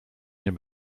nic